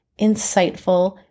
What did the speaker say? insightful